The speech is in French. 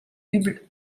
hubble